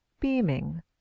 beaming